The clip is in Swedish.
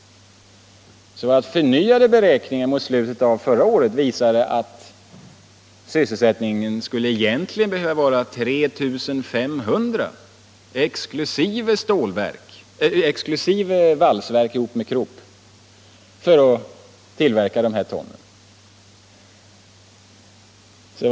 Förnyade beräkningar mot slutet av förra året visade att antalet sysselsättningstillfällen egentligen skulle behöva vara 3 500 exkl. valsverk ihop med Krupp för att tillverka de här tonnen.